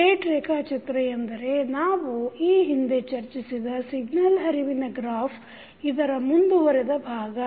state ರೇಖಾಚಿತ್ರ ಎಂದರೆ ನಾವು ಈ ಹಿಂದೆ ಚರ್ಚಿಸಿದ ಸಿಗ್ನಲ್ ಹರಿವಿನ ಗ್ರಾಫ್ ಇದರ ಮುಂದುವರೆದ ಭಾಗ